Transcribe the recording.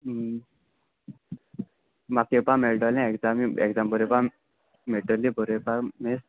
म्हाका येवपा मेळटोलें एग्जामी एग्जाम बरेवपा मेळटोली बरोवपा मीस